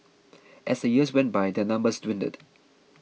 as the years went by their number dwindled